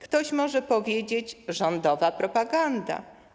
Ktoś może powiedzieć: rządowa propaganda.